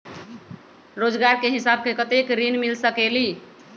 रोजगार के हिसाब से कतेक ऋण मिल सकेलि?